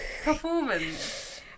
performance